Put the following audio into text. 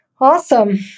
Awesome